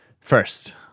first